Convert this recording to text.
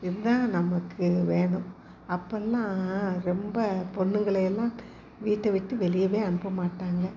இது தான் நமக்கு வேணும் அப்போல்லாம் ரொம்ப பெண்ணுகளே எல்லாம் வீட்டை விட்டு வெளியவே அனுப்பமாட்டாங்க